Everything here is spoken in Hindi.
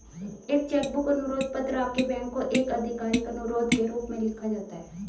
एक चेक बुक अनुरोध पत्र आपके बैंक को एक आधिकारिक अनुरोध के रूप में लिखा जाता है